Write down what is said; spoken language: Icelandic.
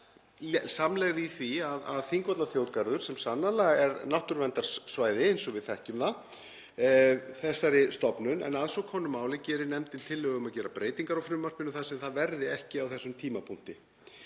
samlegð í því að Þingvallaþjóðgarður, sem sannarlega er náttúruverndarsvæði eins og við þekkjum, sameinist þessari stofnun. En að svo komnu máli gerir nefndin tillögu um að gera breytingar á frumvarpinu þar sem það verði ekki á þessum tímapunkti.